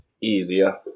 easier